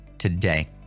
Today